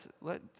let